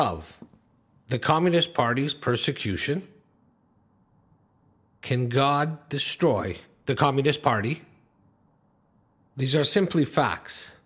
of the communist party's persecution can god destroy the communist party these are simply facts